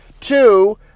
Two